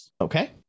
Okay